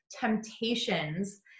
temptations